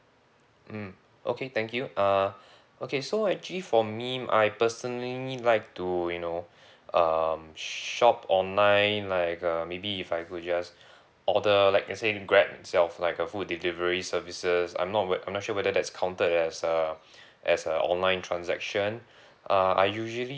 mm okay thank you uh okay so actually for me I personally need like to you know um shop online like uh maybe if I go just order like let's say grab itself like uh food delivery services I'm not weth~ I'm not sure whether that's counted as a as a online transaction uh I usually